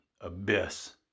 abyss